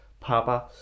Papa